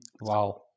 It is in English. Wow